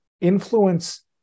influence